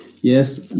Yes